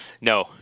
No